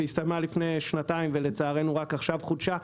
שהסתיימה לפני שנתיים ולצערנו חודשה רק עכשיו,